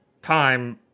time